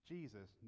Jesus